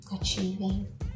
achieving